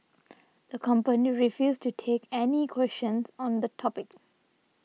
the company refused to take any questions on the topic